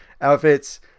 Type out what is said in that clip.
outfits